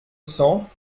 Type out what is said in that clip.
cents